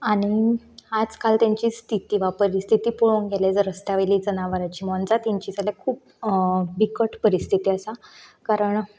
आनी आजकाल तेंची स्थिती वा परिस्थिती पळोवंक गेल्यार जर रसत्या वयलें जनावरांची मोनजातींची जाल्यार खूब बिकट परिस्थीती आसा कारण